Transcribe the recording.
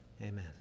amen